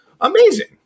amazing